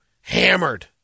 Hammered